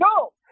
go